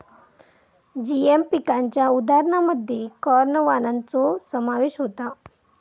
GM पिकांच्या उदाहरणांमध्ये corn वाणांचो समावेश होता